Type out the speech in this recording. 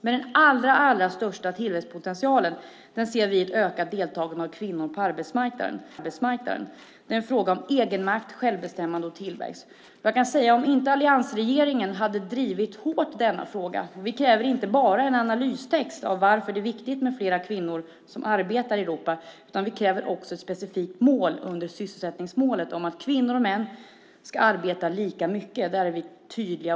Men den allra största tillväxtpotentialen ser vi i ett ökat deltagande av kvinnor på arbetsmarknaden. Det är en fråga om egenmakt, självbestämmande och tillväxt. Vi kräver inte bara en analystext om varför det är viktigt med fler kvinnor som arbetar i Europa, utan vi kräver också ett specifikt mål under sysselsättningsmålet om att kvinnor och män ska arbeta lika mycket. Där är vi tydliga.